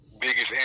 Biggest